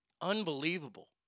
Unbelievable